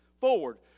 forward